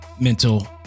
mental